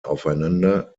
aufeinander